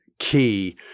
key